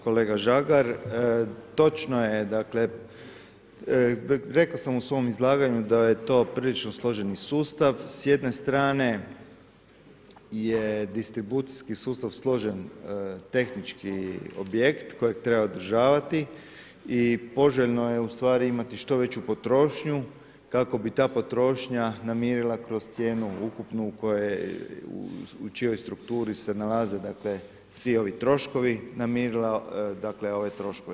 Kolega Žagar, točno je, rekao sam u svom izlaganju da je to prilično složeni sustav s jedne strane distribucijski sustav složen tehnički objekt kojeg treba održavati i poželjno je ustvari imati što veću potrošnju kako bi ta potrošnja namirila kroz cijenu ukupnu u čijoj strukturi se nalaze svi troškovi namirila ove troškove.